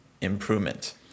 improvement